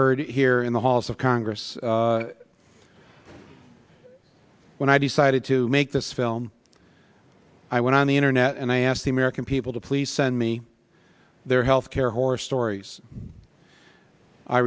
heard here in the halls of congress when i decided to make this film i went on the internet and i asked the american people to please send me their health care horror stories i